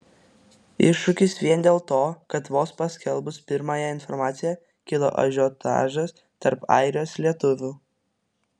iššūkis vien dėl to kad vos paskelbus pirmąją informaciją kilo ažiotažas tarp airijos lietuvių